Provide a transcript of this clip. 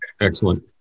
Excellent